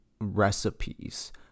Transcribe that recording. recipes